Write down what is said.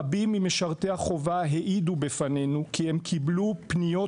רבים ממשרתי החובה העידו בפנינו כי הם קיבלו פניות